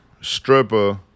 stripper